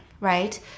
right